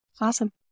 Awesome